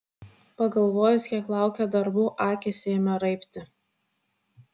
pagalvojus kiek dar laukia darbų akys ėmė raibti